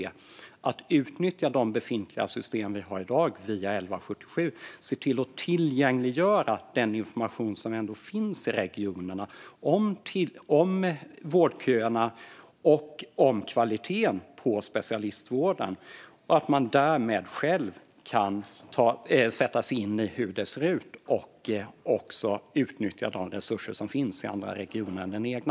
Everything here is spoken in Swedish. Det handlar om att utnyttja de befintliga system vi har i dag genom 1177 och se till att tillgängliggöra den information som redan finns i regionerna om vårdköerna och om kvaliteten på specialistvården. Därmed kan man själv sätta sig in i hur det ser ut och också utnyttja de resurser som finns i andra regioner än den egna.